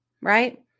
right